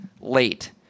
late